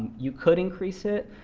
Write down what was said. you could increase it,